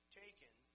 taken